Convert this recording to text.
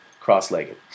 cross-legged